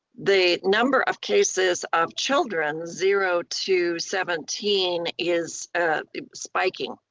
the number of cases of children zero to seventeen is a spiking,